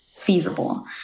feasible